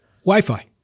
Wi-Fi